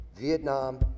Vietnam